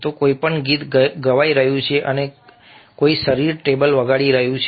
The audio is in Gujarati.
તો કોઈ ગીત ગાઈ રહ્યું છે અને કોઈ શરીર ટેબલ વગાડી રહ્યું છે